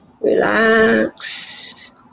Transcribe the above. Relax